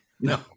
No